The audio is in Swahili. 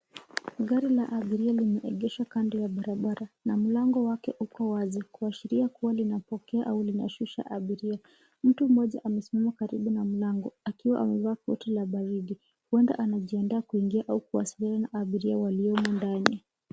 Gari la abiria limeegeshwa kando ya barabara na mlango wake uko wazi kuashiria kuwa linapokea au linashusha abiria. Mtu mmoja amesimama karibu na mlango akiwa amevaa koti la baridi, huenda anajianda kuingia au kuwasiliana na abiria waliyomo ndani.